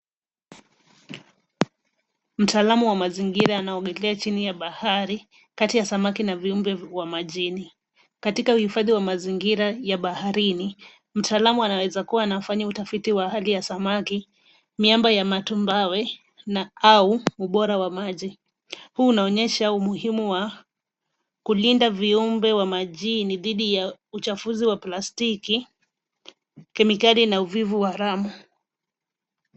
Mtaalamu wamazingira anaongelea chini ya bahari kati ya samaki na viumbe wa majini. Katika huifadhi wa mazingira ya baharini mtaalamu anaweza kuwa anafanya utafiti wa hali ya samaki, miamba ya matumbawe au ubora wa maji. Huu unaonyesha umuhimu wa kulinda viumbe wa majini dhidi ya uchafuzi wa plastiki, kemikali na uvivu haramu.